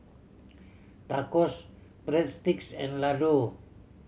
Tacos Breadsticks and Ladoo